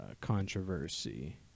Controversy